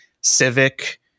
civic